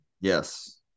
Yes